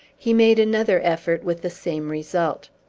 he made another effort, with the same result.